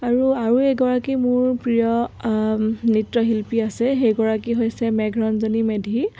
আৰু আৰু এগৰাকী মোৰ প্ৰিয় নৃত্যশিল্পী আছে সেইগৰাকী হৈছে মেঘৰঞ্জনী মেধি